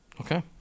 Okay